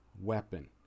weapon